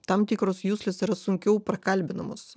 tam tikros juslės yra sunkiau prakalbinamos